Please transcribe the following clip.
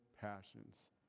passions